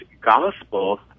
gospel